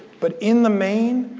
but in the main,